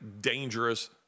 dangerous